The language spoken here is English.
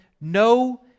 no